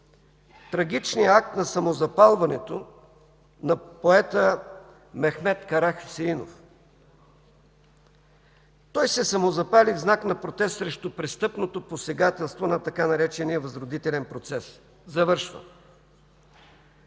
трагичния акт на самозапалването на поета Мехмед Карахюсеинов. Той се самозапали в знак на протест срещу престъпното посегателство на така наречения „възродителен процес”. (Шум